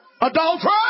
adulterer